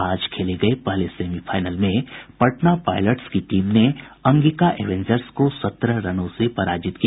आज खेले गये पहले सेमीफाईनल में पटना पायलट्स की टीम ने अंगिका एवेंजर्स को सत्रह रनों से पराजित किया